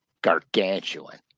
gargantuan